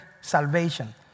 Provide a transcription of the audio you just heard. salvation